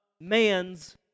man's